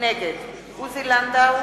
נגד עוזי לנדאו,